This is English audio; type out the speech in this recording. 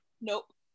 Nope